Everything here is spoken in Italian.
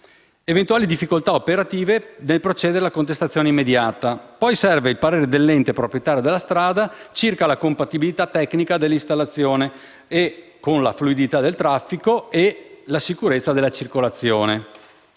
eventuali difficoltà operative nel procedere alla contestazione immediata. Poi serve il parere dell'ente proprietario della strada circa la compatibilità tecnica dell'installazione con la fluidità del traffico e la sicurezza della circolazione.